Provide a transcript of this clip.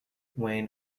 wain